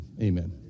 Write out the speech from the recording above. Amen